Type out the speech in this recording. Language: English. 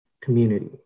community